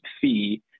fee